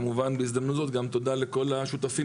כמובן בהזדמנות זאת גם תודה לכל השותפים